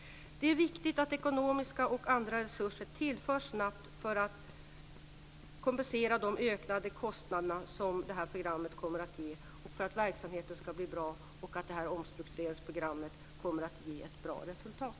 Det är viktigt att ekonomiska och andra resurser tillförs snabbt; detta för att kompensera för de ökade kostnader som programmet kommer att ge, för att verksamheten ska bli bra och för att omstruktureringsprogrammet ska ge ett bra resultat.